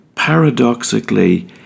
paradoxically